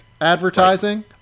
Advertising